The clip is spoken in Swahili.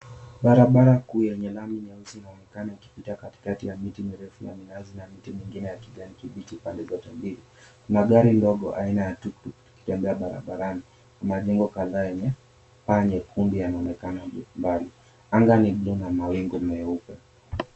Barabara ku lenye lami nyeusi linaonekana ikipita katikati ya miti mirefu ya minazi na miti mengine ya kijani kibichi pande zote mbili. Kuna gari ndogo aina ya tuktuk ikitembea barabarani. Kuna jengo kadhaa yenye paa nyekundu yanaonekana kwa umbali. Anga ni blue na mawingu meupe.